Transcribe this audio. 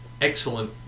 excellent